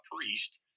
priest